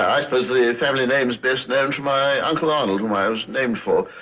i suppose the family name's best known for my uncle arnold, who i was named for,